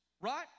right